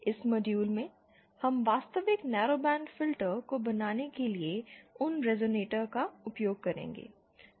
इस मॉड्यूल में हम वास्तविक नैरोबैंड फिल्टर को बनाने के लिए उन रेज़ोनेटर का उपयोग करेंगे